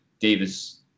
Davis